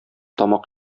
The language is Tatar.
тамак